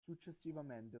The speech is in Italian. successivamente